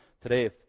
today